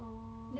oh